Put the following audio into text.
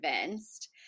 convinced